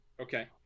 okay